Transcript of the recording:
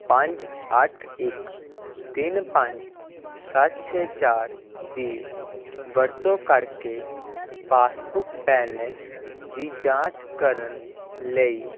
ਪੰਜ ਅੱਠ ਇੱਕ ਤਿੰਨ ਪੰਜ ਸੱਤ ਛੇ ਚਾਰ ਦੀ ਵਰਤੋਂ ਕਰਕੇ ਪਾਸਬੁੱਕ ਬੈਲੇਸ ਦੀ ਜਾਂਚ ਕਰਨ ਲਈ